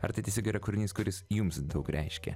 ar tai tiesiog yra kūrinys kuris jums daug reiškia